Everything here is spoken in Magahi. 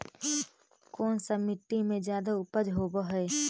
कोन सा मिट्टी मे ज्यादा उपज होबहय?